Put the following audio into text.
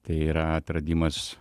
tai yra atradimas